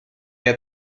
had